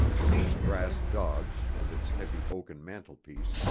with its brass dogs and its heavy oaken mantelpiece,